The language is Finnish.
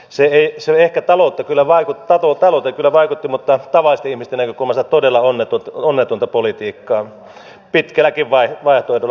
se ehkä talouteen kyllä vaikutti mutta tavallisten ihmisten näkökulmasta todella onnetonta politiikkaa pitkälläkin vaihtoehdolla